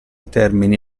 termini